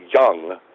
young